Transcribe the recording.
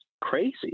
crazy